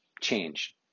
change